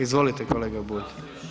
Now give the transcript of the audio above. Izvolite kolega Bulj.